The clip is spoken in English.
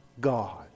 God